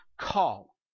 call